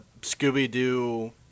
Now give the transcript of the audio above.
Scooby-Doo